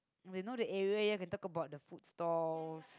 they know the area ya can talk about the food stalls